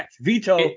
Veto